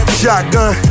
shotgun